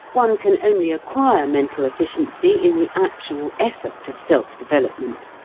one can only acquire mental efficiency in the actual effort of self-development.